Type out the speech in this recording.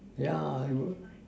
yeah you would